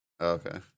Okay